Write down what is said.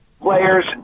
players